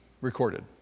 recorded